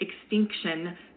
Extinction